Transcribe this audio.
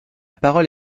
parole